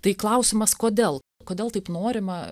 tai klausimas kodėl kodėl taip norima